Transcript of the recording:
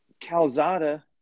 Calzada